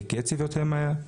בקצב יותר מהר.